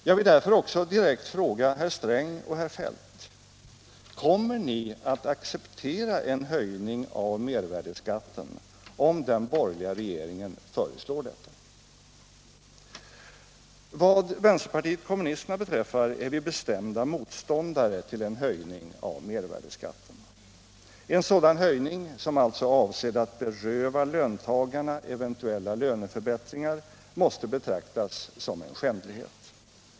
Jag vill därför också direkt fråga herr Sträng och herr Feldt: Kommer ni att acceptera en höjning av mervärdeskatten, om den borgerliga regeringen föreslår detta? Vad vänsterpartiet kommunisterna beträffar är vi bestämda motståndare till en höjning av mervärdeskatten. En sådan höjning, som alltså är avsedd att beröva löntagarna eventuella löneförbättringar, måste betraktas som en skändlighet.